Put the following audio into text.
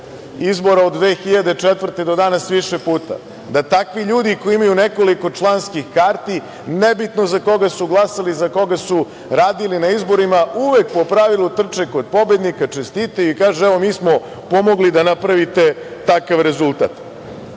izbora od 2004. godine do danas više puta, da takvi ljudi koji imaju nekoliko članskih karata, nebitno za koga su glasali, za koga su radili na izborima, uvek po pravilu trče kod pobednika, čestitaju i kažu – evo, mi smo pomogli da napravite takav rezultat. To